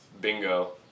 Bingo